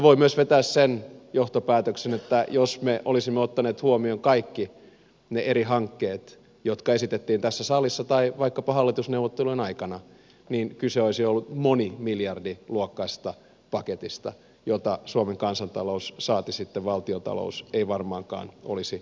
voi myös vetää sen johtopäätöksen että jos me olisimme ottaneet huomioon kaikki ne eri hankkeet jotka esitettiin tässä salissa tai vaikkapa hallitusneuvottelujen aikana niin kyse olisi ollut monimiljardiluokan paketista jota suomen kansantalous saati sitten valtiontalous ei varmaankaan olisi kestänyt